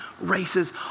races